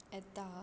येता